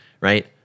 right